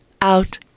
out